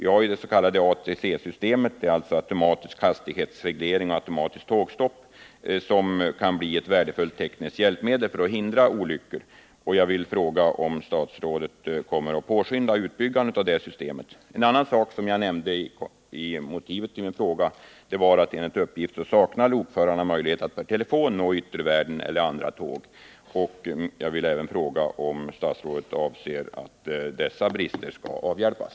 Vi har det s.k. ATC-systemet — dvs. automatisk hastighetsreglering och automatiskt tågstopp — som kan bli ett värdefullt tekniskt hjälpmedel för att förhindra sådana olyckor. Jag vill fråga om statsrådet kommer att påskynda utbyggandet av det systemet. En annan sak som jag nämnde i motiveringen till min fråga var att lokförarna enligt uppgift saknar möjlighet att per telefon nå yttervärlden eller andra tåg. Jag vill också fråga om statsrådet anser att dessa brister skall avhjälpas.